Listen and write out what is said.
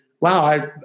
wow